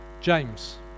James